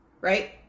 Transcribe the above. Right